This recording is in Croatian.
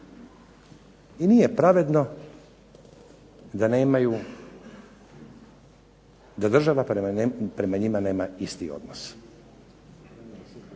I nije pravedno da nemaju da država prema njima nema isti odnos.